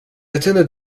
attended